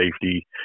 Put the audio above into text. safety